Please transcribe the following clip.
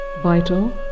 vital